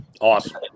Awesome